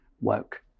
woke